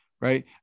right